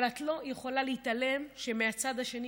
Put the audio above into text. אבל את לא יכולה להתעלם מכך שמהצד השני